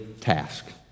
task